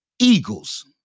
eagles